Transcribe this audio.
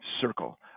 circle